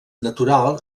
natural